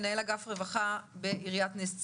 מנהל אגף רווחה בעיריית נס ציונה.